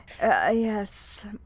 Yes